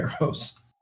arrows